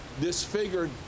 disfigured